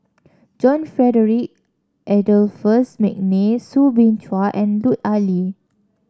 John Frederick Adolphus McNair Soo Bin Chua and Lut Ali